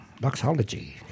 doxology